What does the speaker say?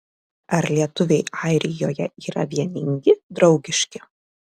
ar lietuviai airijoje yra vieningi draugiški